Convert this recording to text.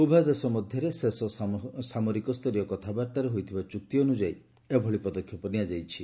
ଉଭୟ ଦେଶ ମଧ୍ୟରେ ଶେଷ ସାମରିକ ସ୍ତରୀୟ କଥାବାର୍ତ୍ତାରେ ହୋଇଥିବା ଚୁକ୍ତି ଅନୁଯାୟୀ ଏଭଳି ପଦକ୍ଷେପ ନିଆଯାଇଛି